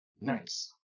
nice